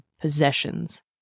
possessions